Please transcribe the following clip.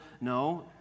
No